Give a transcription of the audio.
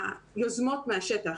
היוזמות מהשטח.